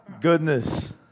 Goodness